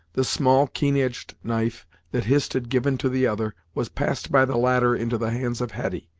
the small, keen edged knife that hist had given to the other, was passed by the latter into the hands of hetty,